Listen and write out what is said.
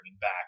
back